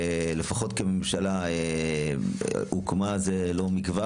לזכור שהממשלה הוקמה זה לא מכבר